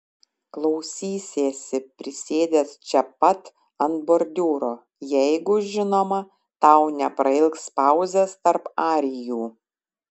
klausysiesi prisėdęs čia pat ant bordiūro jeigu žinoma tau neprailgs pauzės tarp arijų